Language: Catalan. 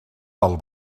del